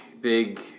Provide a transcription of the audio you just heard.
big